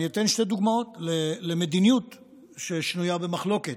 אני אתן שתי דוגמאות למדיניות שנויה במחלוקת.